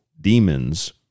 demons